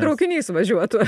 traukiniais važiuotų